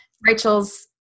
Rachel's